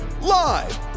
Live